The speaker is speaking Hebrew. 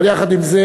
אבל יחד עם זה,